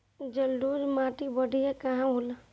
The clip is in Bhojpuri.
जलोड़ माटी बढ़िया काहे होला?